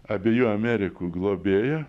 abiejų amerikų globėją